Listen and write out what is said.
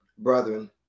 Brethren